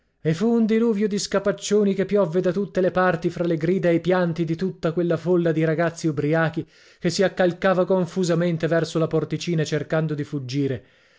e fu un diluvio di scapaccioni che piovve da tutte le parti fra le grida e i pianti di tutta quella folla di ragazzi ubriachi che si accalcava confusamente verso la porticina cercando di fuggire